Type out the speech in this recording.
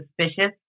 suspicious